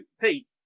Pete